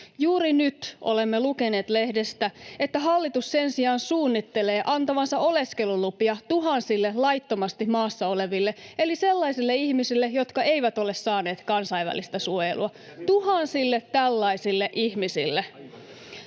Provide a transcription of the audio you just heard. Juuri nyt olemme lukeneet lehdestä, että hallitus sen sijaan suunnittelee antavansa oleskelulupia tuhansille laittomasti maassa oleville, eli sellaisille ihmisille, jotka eivät ole saaneet kansainvälistä suojelua. [Jussi Halla-aho: Ohhoh!